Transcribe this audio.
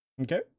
Okay